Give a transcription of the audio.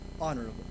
honorable